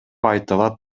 айтылат